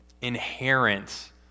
inherent